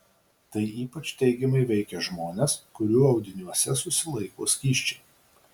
tai ypač teigiamai veikia žmones kurių audiniuose susilaiko skysčiai